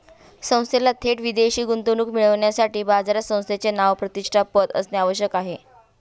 संस्थेला थेट विदेशी गुंतवणूक मिळविण्यासाठी बाजारात संस्थेचे नाव, प्रतिष्ठा, पत असणे आवश्यक आहे